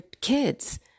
kids